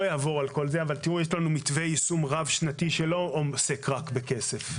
יש לנו מתווה יישום רב שנתי שלא עוסק רק בכסף.